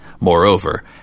Moreover